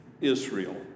Israel